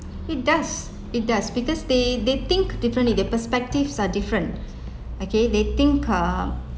it does it does because they they think differently their perspectives are different okay they think uh